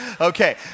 Okay